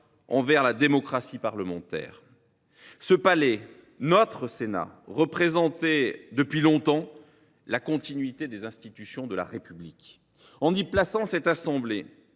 envers la démocratie parlementaire. Ce palais, notre Sénat, représentait depuis longtemps la continuité des institutions de la République. En y plaçant cette assemblée,